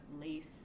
lace